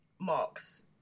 Mark's